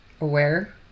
aware